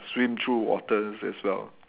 swim through waters as well